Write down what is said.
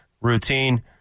routine